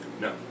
No